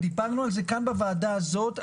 ודיברנו על זה כאן בוועדה הזאת,